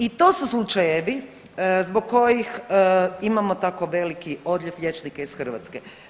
I to su slučajevi zbog kojih imamo tako veliki odlijev liječnika iz Hrvatske.